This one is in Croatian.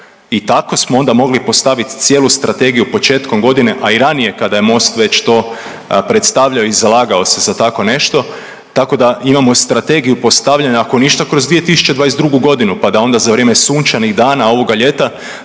I tako smo onda mogli postaviti cijelu strategiju početkom godine, a i radnije kada je MOST već to predstavljao i zalagao se za tako nešto, tako da imamo strategiju postavljanja ako ništa kroz 2022. godinu, pa da onda za vrijeme sunčanih dana ovoga ljeta,